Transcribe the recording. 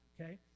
Okay